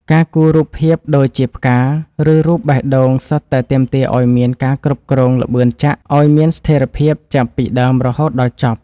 ការគូររូបភាពដូចជាផ្កា ឬរូបបេះដូងសុទ្ធតែទាមទារឱ្យមានការគ្រប់គ្រងល្បឿនចាក់ឱ្យមានស្ថេរភាពចាប់ពីដើមរហូតដល់ចប់។